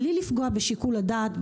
בלי לפגוע בשיקול הדעת,